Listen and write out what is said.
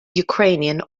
ukrainian